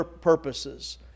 purposes